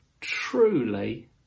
truly